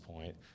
point